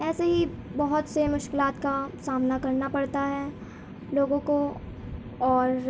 ایسے ہی بہت سے مشکلات کا سامنا کرنا پڑتا ہے لوگوں کو اور